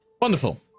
Wonderful